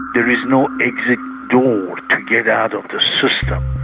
there is no exit door to get out of the system.